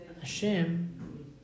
Hashem